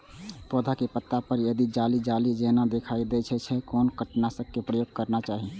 पोधा के पत्ता पर यदि जाली जाली जेना दिखाई दै छै छै कोन कीटनाशक के प्रयोग करना चाही?